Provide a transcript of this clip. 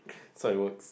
so it works